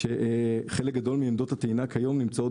שחלק גדול מעמדות הטעינה נמצאות כיום